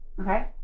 okay